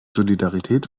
solidarität